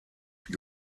cape